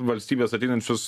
valstybės ateinančius